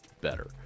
better